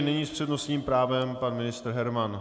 Nyní s přednostním právem pan ministr Herman.